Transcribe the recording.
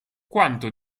quanto